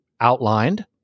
outlined